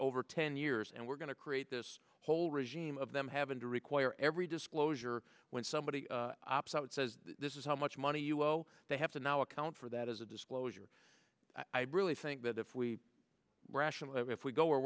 over ten years and we're going to create this whole regime of them having to require every disclosure when somebody says this is how much money you owe they have to now account for that as a disclosure i really think that if we rational if we go